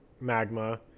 Magma